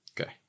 Okay